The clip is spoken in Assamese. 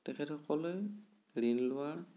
তেখেতসকলে ঋণ লোৱাৰ